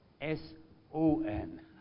S-O-N